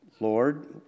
Lord